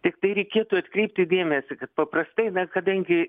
tiktai reikėtų atkreipti dėmesį kad paprastai na kadangi